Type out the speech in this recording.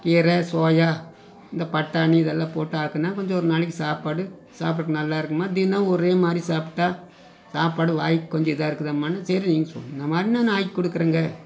கீரை சோயா இந்த பட்டாணி இதெல்லாம் போட்டு ஆக்கினா கொஞ்சம் ஒரு நாளைக்கு சாப்பாடு சாப்புடுறதுக்கு நல்லா இருக்கும்மா தினம் ஒரே மாதிரி சாப்பிட்டா சாப்பாடு வாய்க்கு கொஞ்சம் இதாக இருக்குதும்மான்னு சரி நீங்கள் சொன்ன மாதிரி நான் ஆக்கிக் கொடுக்குறேங்க